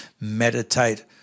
meditate